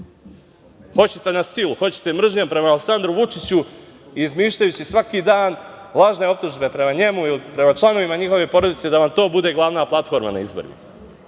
Hoćete na silu, hoćete mržnjom prema Aleksandru Vučiću, izmišljajući svaki dan lažne optužbe prema njemu ili prema članovima njegove porodice, da vam to bude glavna platforma na izborima. Ima